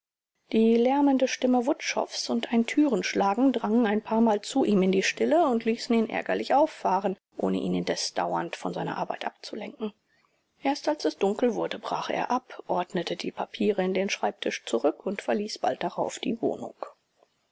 die lärmende stimme wutschows und ein türenschlagen drangen ein paarmal zu ihm in die stille und ließen ihn ärgerlich auffahren ohne ihn indes dauernd von seiner arbeit abzulenken erst als es dunkel wurde brach er ab ordnete die papiere in den schreibtisch zurück und verließ bald darauf die wohnung